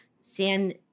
San